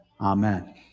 Amen